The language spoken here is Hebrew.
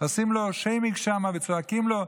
ועושים לו שם שיימינג וצועקים לו.